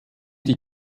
die